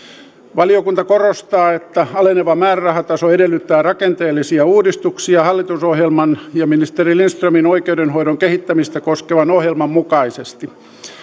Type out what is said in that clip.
valiokunta korostaa että aleneva määrärahataso edellyttää rakenteellisia uudistuksia hallitusohjelman ja ministeri lindströmin oikeudenhoidon kehittämistä koskevan ohjelman mukaisesti